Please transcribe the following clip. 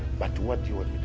but what do you and